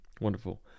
Wonderful